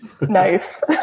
Nice